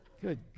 Good